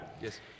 Yes